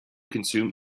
consume